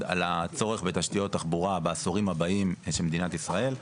על הצורך בתשתיות תחבורה בעשורים הבאים של מדינת ישראל.